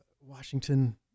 washington